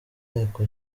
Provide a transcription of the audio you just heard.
nteko